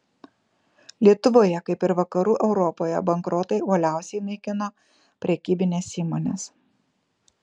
lietuvoje kaip ir vakarų europoje bankrotai uoliausiai naikino prekybines įmones